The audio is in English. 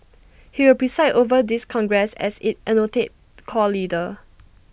he will preside over this congress as its anointed core leader